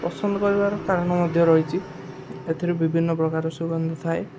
ପସନ୍ଦ କରିବାର କାରଣ ମଧ୍ୟ ରହିଛି ଏଥିରୁ ବିଭିନ୍ନ ପ୍ରକାର ସୁଗନ୍ଧ ଥାଏ